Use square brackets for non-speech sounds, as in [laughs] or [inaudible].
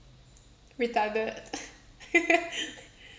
retarded [laughs]